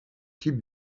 type